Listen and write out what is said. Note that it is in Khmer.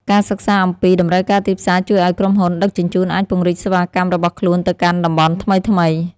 ការសិក្សាអំពីតម្រូវការទីផ្សារជួយឱ្យក្រុមហ៊ុនដឹកជញ្ជូនអាចពង្រីកសេវាកម្មរបស់ខ្លួនទៅកាន់តំបន់ថ្មីៗ។